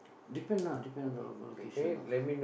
depend ah depend on the location ah